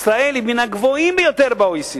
ישראל היא במקומות מהגבוהים ביותר ב-OECD.